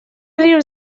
rius